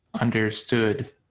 understood